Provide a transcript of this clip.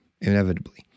inevitably